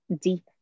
deep